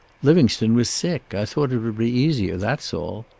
livingstone was sick. i thought it would be easier. that's all.